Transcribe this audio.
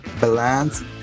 Balance